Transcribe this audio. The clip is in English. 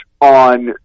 on